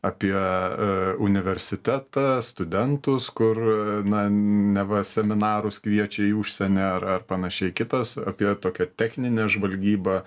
apie e universitetą studentus kur na neva seminarus kviečia į užsienį ar ar panašiai kitas apie tokią techninę žvalgybą